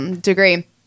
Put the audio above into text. degree